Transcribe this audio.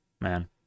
Man